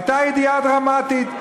הייתה ידיעה דרמטית,